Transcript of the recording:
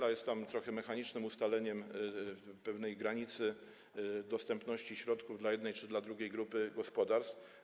Ono jest trochę mechanicznym ustaleniem pewnej granicy dostępności środków dla jednej czy dla drugiej grupy gospodarstw.